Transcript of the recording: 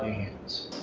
hands.